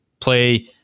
play